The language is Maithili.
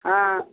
हॅं